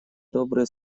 добрые